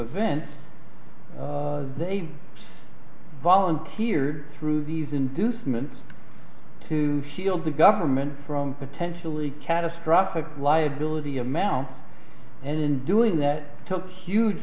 events they volunteered through these inducements to shield the government from potentially catastrophic liability amount and in doing that took huge